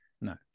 No